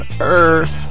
earth